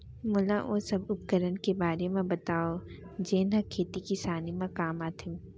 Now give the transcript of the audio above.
मोला ओ सब उपकरण के बारे म बतावव जेन ह खेती किसानी म काम आथे?